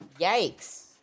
Yikes